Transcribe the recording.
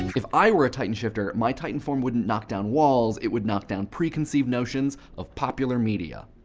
if i were a titan shifter, my titan form wouldn't knock down walls, it would knock down preconceived notions of popular media.